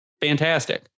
fantastic